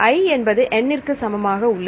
i என்பது n ற்கு சமமாக உள்ளது